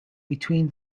between